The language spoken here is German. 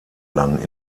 lang